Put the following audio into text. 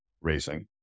racing